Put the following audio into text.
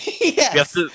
Yes